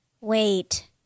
Wait